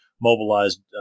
mobilized